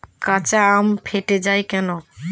কাঁচা আম ফেটে য়ায় কেন?